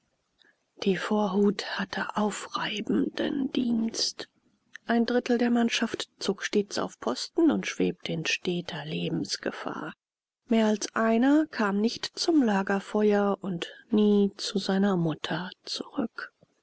die vorhut hatte aufreibenden dienst ein drittel der mannschaft zog stets auf posten und schwebte in steter lebensgefahr mehr als einer kam nicht zum lagerfeuer und nie zu seiner mutter zurück